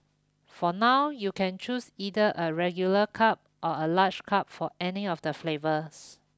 for now you can choose either a regular cup or a large cup for any of the flavours